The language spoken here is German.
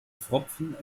pfropfen